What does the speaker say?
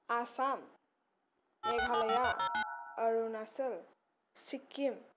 Assam Meghalaya Arunachal Sikkim